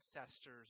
ancestors